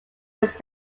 its